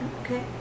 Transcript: okay